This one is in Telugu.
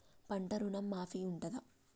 పంట ఋణం మాఫీ ఉంటదా?